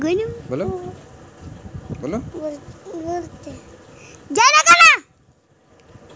सिंचाई स्प्रिंकलर केरो उपयोग आवासीय, औद्योगिक आरु कृषि म करलो जाय छै